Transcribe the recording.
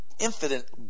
infinite